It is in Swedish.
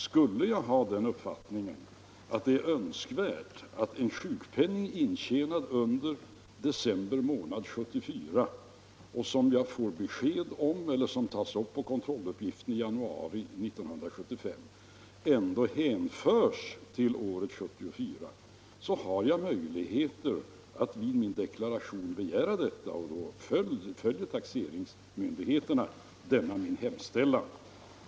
Men om deklaranten har den uppfattningen att en sjukpenning som intjänats under december månad 1974 och tas upp på kontrolluppgiften för januari månad 1975 ändå bör hänföras till året 1974, har han möjlighet att i sin deklaration begära att beloppet skall beskattas 1974. Då följer taxeringsmyndigheterna denna hemställan.